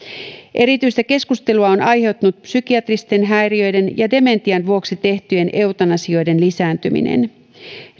erityistä keskustelua on aiheuttanut psykiatristen häiriöiden ja dementian vuoksi tehtyjen eutanasioiden lisääntyminen